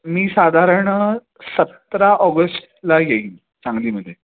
मी साधारण सतरा ऑगस्टला येईन सांगलीमध्ये